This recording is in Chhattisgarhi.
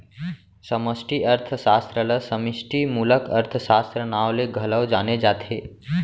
समस्टि अर्थसास्त्र ल समस्टि मूलक अर्थसास्त्र, नांव ले घलौ जाने जाथे